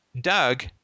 Doug